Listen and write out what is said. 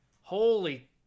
Holy